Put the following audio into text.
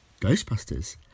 ghostbusters